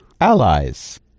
allies